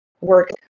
work